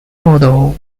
model